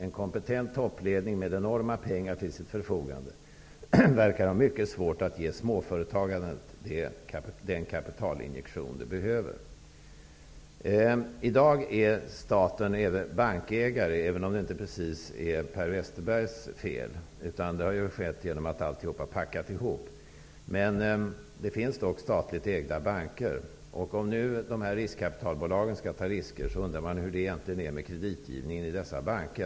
En kompetent toppledning med enorma pengar till sitt förfogande, verkar ha mycket svårt att ge småföretagandet den kapitalinjektion det behöver.'' I dag är staten också bankägare, även om det inte precis är Per Westerbergs fel. Det har skett genom att alltihop har packat ihop. Men det finns dock statligt ägda banker. Om nu dessa riskkapitalbolag skall ta risker undrar man hur det egentligen är med kreditgivningen i dessa banker.